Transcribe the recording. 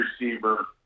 receiver